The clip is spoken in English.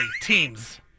Teams